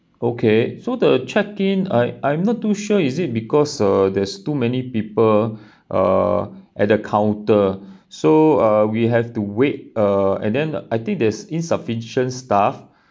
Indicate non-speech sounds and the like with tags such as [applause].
okay so the check-in I I'm not too sure is it because uh there's too many people [breath] uh at the counter so uh we have to wait uh and then I think there's insufficient staff